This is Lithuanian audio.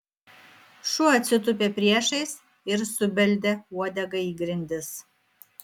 šuo atsitūpė priešais ir subeldė uodega į grindis